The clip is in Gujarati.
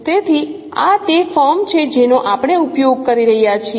તેથી આ તે ફોર્મ છે જેનો આપણે ઉપયોગ કરી રહ્યા છીએ